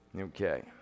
Okay